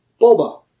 boba